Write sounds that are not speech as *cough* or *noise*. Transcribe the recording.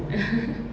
*noise*